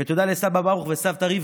ותודה לסבא ברוך וסבתא רבקה,